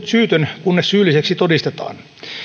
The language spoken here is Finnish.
syytön kunnes syylliseksi todistetaan